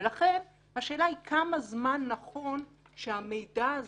ולכן השאלה היא כמה זמן נכון שהמידע הזה,